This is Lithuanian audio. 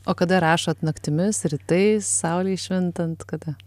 o kada rašote naktimis rytais saulei švintant kada